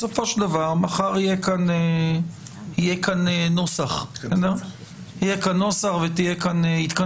בסופו של דבר מחר יהיה כאן נוסח ותהיה התכנסות.